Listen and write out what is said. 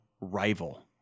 rival